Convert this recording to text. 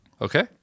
okay